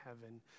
heaven